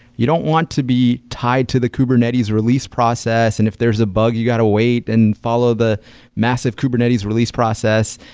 you don't want to be tied to the kubernetes release process, and if there's a bug you got to wait and follow the massive kubernetes release process,